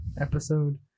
episode